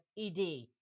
ED